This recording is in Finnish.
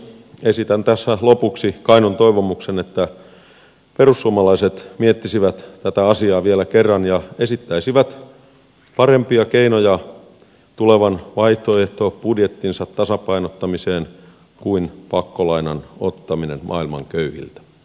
esitän tässä lopuksi kainon toivomuksen että perussuomalaiset miettisivät tätä asiaa vielä kerran ja esittäisivät parempia keinoja tulevan vaihtoehtobudjettinsa tasapainottamiseen kuin pakkolainan ottaminen maailman köyhiltä